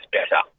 better